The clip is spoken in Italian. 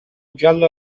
giallo